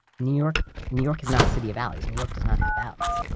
new york new york is not a city of alleys. new york does not have alleys.